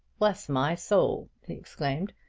bless my soul! he exclaimed.